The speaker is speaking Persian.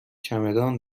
چمدان